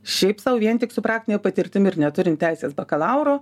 šiaip sau vien tik su praktine patirtim ir neturint teisės bakalauro